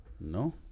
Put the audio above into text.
No